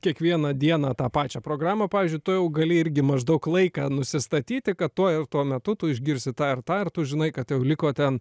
kiekvieną dieną tą pačią programą pavyzdžiui tu jau gali irgi maždaug laiką nusistatyti kad tuo ir tuo metu tu išgirsi tą ir tąir tu žinai kad jau liko ten